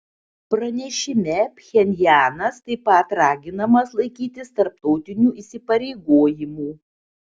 pranešime pchenjanas taip pat raginamas laikytis tarptautinių įsipareigojimų